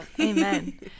Amen